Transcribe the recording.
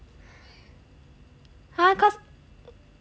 !huh! cause